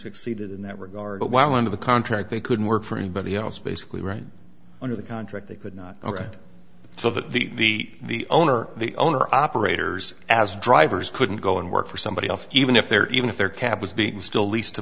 succeeded in that regard while under the contract they couldn't work for anybody else basically right under the contract they could not ok so that the the owner the owner operators as drivers couldn't go and work for somebody else even if they're even if their cab was being still leased to